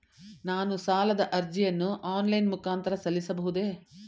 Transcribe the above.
ನಾನು ಸಾಲದ ಅರ್ಜಿಯನ್ನು ಆನ್ಲೈನ್ ಮುಖಾಂತರ ಸಲ್ಲಿಸಬಹುದೇ?